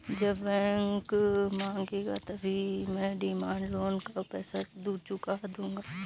जब बैंक मांगेगा तभी मैं डिमांड लोन का पैसा चुका दूंगा